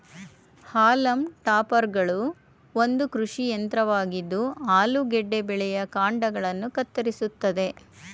haulm ಟಾಪರ್ಗಳು ಒಂದು ಕೃಷಿ ಯಂತ್ರವಾಗಿದ್ದು ಆಲೂಗೆಡ್ಡೆ ಬೆಳೆಯ ಕಾಂಡಗಳನ್ನ ಕತ್ತರಿಸ್ತದೆ